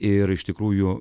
ir iš tikrųjų